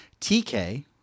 TK